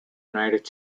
united